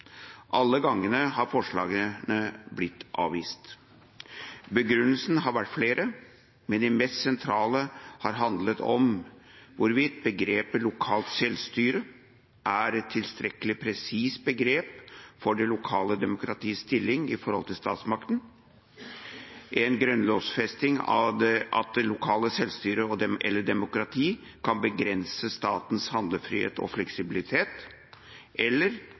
Alle gangene har forslagene blitt avvist. Begrunnelsene har vært flere, men de mest sentrale har handlet om hvorvidt begrepet «lokalt selvstyre» er et tilstrekkelig presist begrep for det lokale demokratiets stilling i forhold til statsmakten, og om en grunnlovfesting av det lokale selvstyret, eller demokratiet, kan begrense statens handlefrihet og fleksibilitet.